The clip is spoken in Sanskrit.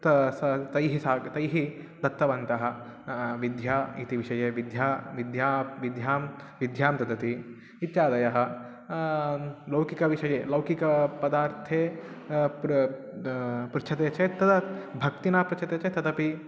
ता सा तैः साग् तैः दत्तवन्तः विद्या इति विषये विद्या विद्या विद्या विद्या ददति इत्यादयः लौकिकविषये लौकिकपदार्थे पृ पृच्छते चेत् तदा भक्तिना पृच्छते चेत् तदपि